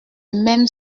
même